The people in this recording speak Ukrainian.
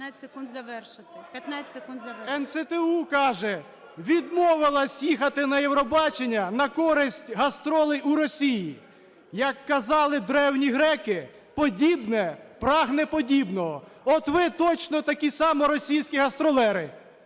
НСТУ каже: "Відмовилась їхати на Євробачення на користь гастролей у Росії". Як казали древні греки, подібне прагне подібного. От ви точно такі само російські гастролери!